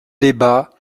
débats